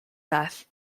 death